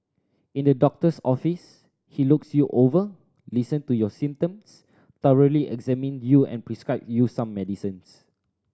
in the doctor's office he looks you over listen to your symptoms thoroughly examine you and prescribe you some medication